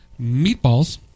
meatballs